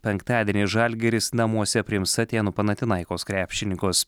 penktadienį žalgiris namuose priims atėnų panatinaikos krepšininkus